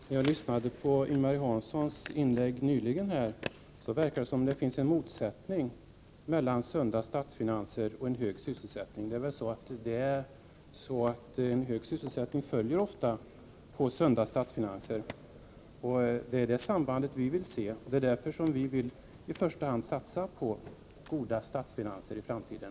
Herr talman! Jag lyssnade på Ing-Marie Hanssons inlägg nyligen, och det verkar som om det skulle finnas en motsättning mellan sunda statsfinanser och en hög sysselsättning. En hög sysselsättning följer väl ofta på sunda statsfinanser, och det är det sambandet som vi vill se. Därför vill vi i första hand satsa på goda statsfinanser i framtiden.